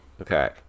okay